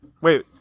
Wait